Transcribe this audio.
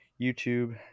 YouTube